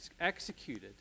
executed